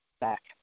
back